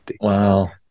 Wow